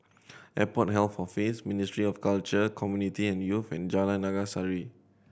Airport Health Office Ministry of Culture Community and Youth and Jalan Naga Sari